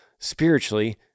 spiritually